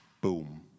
Boom